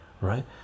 right